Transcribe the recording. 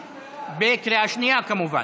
התקבלו, בקריאה שנייה, כמובן.